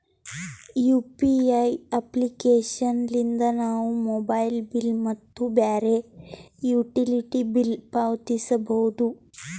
UPI application ಲಿದ್ದ ನಾವು mobile bill ಮತ್ತು ಬ್ಯಾರೆ ಯುಟಿಲಿಟಿ ಬಿಲ್ ಪಾವತಿಸಬೋದು